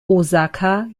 osaka